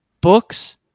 Books